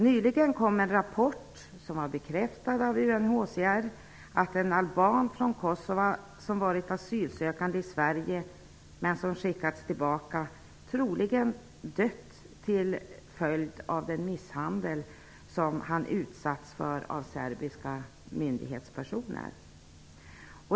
Nyligen kom en rapport, bekräftad av UNHCR, om att en alban från Kosova som varit asylsökande i Sverige men som skickats tillbaka dött, troligen till följd av den misshandel som han utsatts för av serbiska myndighetspersoner.